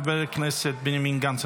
חבר הכנסת בנימין גנץ,